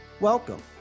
Welcome